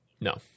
No